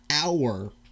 hour